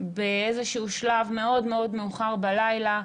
באיזה שהוא שלב, מאוד מאוד מאוחר בלילה,